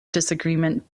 disagreement